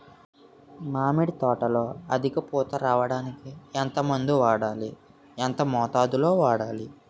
మామిడి తోటలో అధిక పూత రావడానికి ఎంత మందు వాడాలి? ఎంత మోతాదు లో వాడాలి?